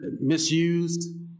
misused